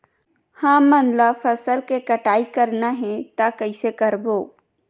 हमन ला फसल के कटाई करना हे त कइसे करबो?